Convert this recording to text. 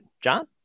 John